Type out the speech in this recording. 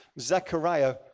Zechariah